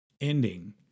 ending